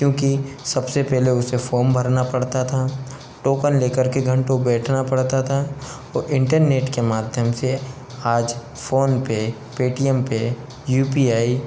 क्योंकि सबसे पहले उसे फॉर्म भरना पड़ता था टोकन लेकर के घंटों बैठना पड़ता था और इंटरनेट के माध्यम से आज फोनपे पेटीएम पर यू पी आई